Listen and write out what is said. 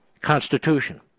constitution